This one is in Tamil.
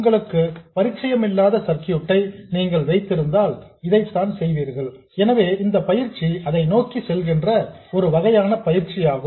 உங்களுக்கு பரிச்சயமில்லாத சர்க்யூட் ஐ நீங்கள் வைத்திருந்தால் இதைத்தான் செய்வீர்கள் எனவே இந்த பயிற்சி அதை நோக்கி செல்கின்ற ஒரு வகையான பயிற்சியாகும்